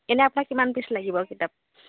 এনেই আপোনাক কিমান পিচ লাগিব কিতাপ